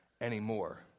anymore